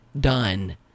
done